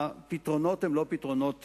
הפתרונות אינם פתרונות פשוטים,